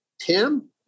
Tim